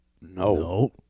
No